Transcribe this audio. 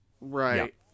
Right